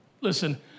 listen